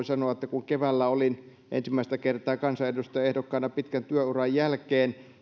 sanoa että kun keväällä olin ensimmäistä kertaa kansanedustajaehdokkaana pitkän työuran jälkeen